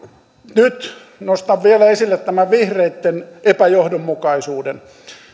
nyt nostan vielä esille tämän vihreitten epäjohdonmukaisuuden